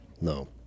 No